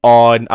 on